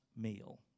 meal